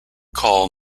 call